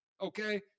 okay